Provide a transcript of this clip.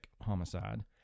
homicide